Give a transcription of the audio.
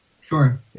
Sure